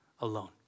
alone